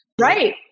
Right